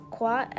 Quoi